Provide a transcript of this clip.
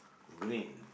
green